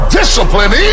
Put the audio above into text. discipline